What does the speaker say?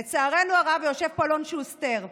לצערנו הרב, ויושב פה אלון שוסטר.